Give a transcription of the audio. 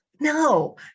No